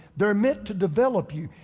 they're meant to develop you.